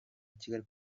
kigali